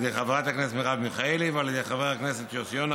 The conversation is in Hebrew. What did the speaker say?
על ידי חברת הכנסת מרב מיכאלי ועל ידי חבר הכנסת יוסי יונה,